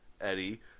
Eddie